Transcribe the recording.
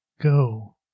go